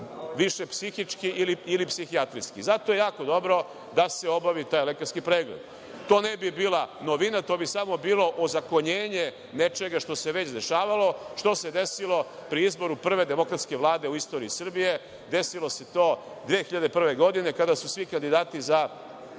više psihički ili psihijatrijski. Zato je jako dobro da se obavi taj lekarski pregled. To ne bi bila novina. To bi samo bilo ozakonjenje nečega što se već dešavalo, što se desilo pri izboru prve demokratske vlade u istoriji Srbije. Desilo se to 2001. godine kada su svi kandidati za